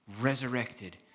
resurrected